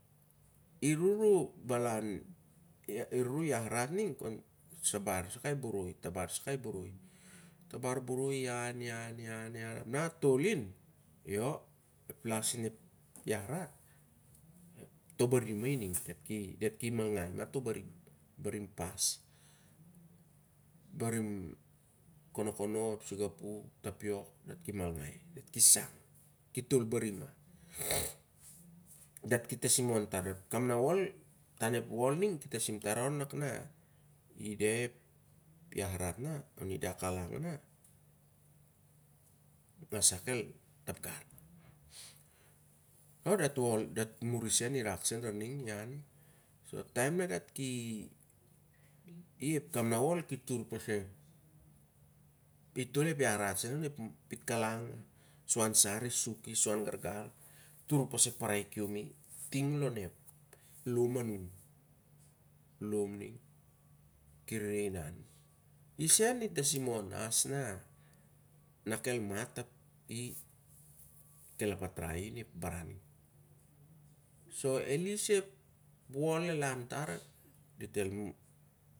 Iru ru balan, iru ru yahrat nign, kon tabar sa kai boroi, tabar boroi i an, ian ap na a tol in, io ep las in ep yahrat, to barim ma ining. Diat ki malngai ma to barim, barim pas, barim konokone, singapu o ep tapiok. Dat ki malngai, dat ki shang. Dat ki tol barim ma. Dat ki tasimon tar, dep kamnawol. ep wol ning ki tasin tana on nak. I da ep yahrut na oni da a kalang na ep ngasa kel tapgar ma on. Io dat wol, dat mari sen i rak sen lar ning. Ep taim na dt ki, i ep kamnawol ki tur pasi, i tol ep yahrut sen on ep pit kalang, suan sar i suki suan gargar itur pas ep parai kiom i ting lon ep lom anun. Lo'm ning, ki rere inan, i sen i tasimon, as na el mat, kel apatrai i onep baran ning. So elis el wil el antar